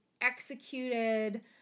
executed